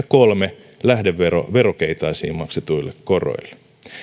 kolme lähdevero verokeitaisiin maksetuille koroille